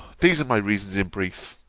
these are my reasons in brief,